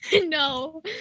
No